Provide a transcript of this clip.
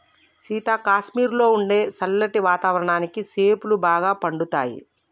సీత కాశ్మీరులో ఉండే సల్లటి వాతావరణానికి సేపులు బాగా పండుతాయి